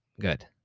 Good